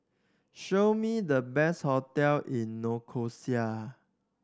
show me the best hotel in Nicosia